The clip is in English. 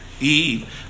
Eve